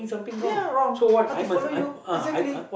ya wrong how to follow you exactly